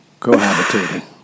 cohabitating